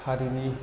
हारिनि